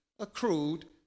accrued